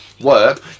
work